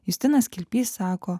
justinas kilpys sako